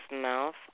mouth